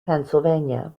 pennsylvania